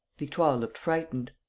victoire looked frightened.